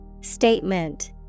Statement